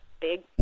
big